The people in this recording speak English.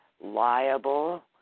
liable